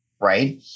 right